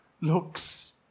looks